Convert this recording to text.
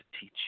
teach